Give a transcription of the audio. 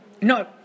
No